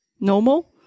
normal